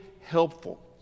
helpful